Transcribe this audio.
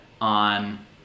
on